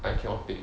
I cannot take